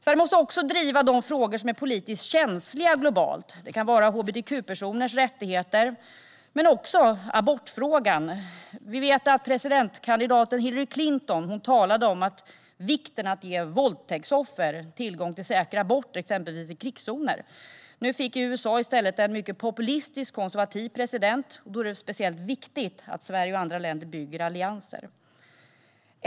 Sverige måste också driva de frågor som är politiskt känsliga globalt. Det kan vara hbtq-personers rättigheter men också abortfrågan. Vi vet att presidentkandidaten Hillary Clinton talade om vikten av att ge våldtäktsoffer tillgång till säkra aborter i exempelvis krigszoner. Nu fick USA i stället en mycket populistisk, konservativ president, och då är det speciellt viktigt att Sverige och andra länder bygger allianser.